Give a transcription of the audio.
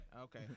Okay